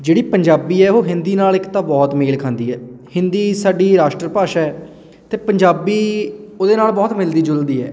ਜਿਹੜੀ ਪੰਜਾਬੀ ਹੈ ਉਹ ਹਿੰਦੀ ਨਾਲ ਇੱਕ ਤਾਂ ਬਹੁਤ ਮੇਲ ਖਾਂਦੀ ਹੈ ਹਿੰਦੀ ਸਾਡੀ ਰਾਸ਼ਟਰ ਭਾਸ਼ਾ ਹੈ ਅਤੇ ਪੰਜਾਬੀ ਉਹਦੇ ਨਾਲ ਬਹੁਤ ਮਿਲਦੀ ਜੁਲਦੀ ਹੈ